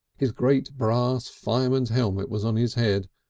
his great brass fireman's helmet was on his head,